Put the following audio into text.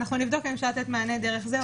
נבדוק אם אפשר לתת מענה דרך זה או בדרך אחרת.